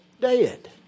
dead